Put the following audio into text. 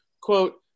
quote